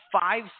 five